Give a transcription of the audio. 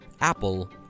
Apple